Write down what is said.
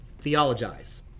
theologize